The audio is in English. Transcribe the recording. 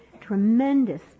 tremendous